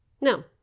No